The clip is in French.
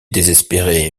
désespéré